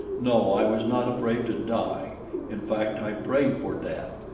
no, i was not afraid to die in fact, i prayed for death,